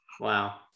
wow